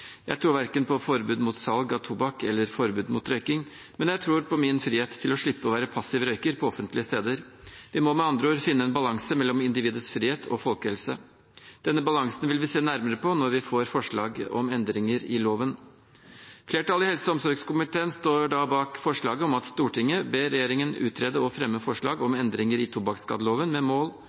Jeg tror verken på forbud mot salg av tobakk eller forbud mot røyking, men jeg tror på min frihet til å slippe å være passiv røyker på offentlige steder. Vi må med andre ord finne en balanse mellom individets frihet og folkehelse. Denne balansen vil vi se nærmere på når vi får forslag om endringer i loven. Flertallet i helse- og omsorgskomiteen står da bak forslaget til vedtak om at Stortinget ber regjeringen «utrede og fremme forslag om endringer i tobakksskadeloven med mål